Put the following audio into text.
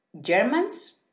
Germans